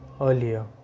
earlier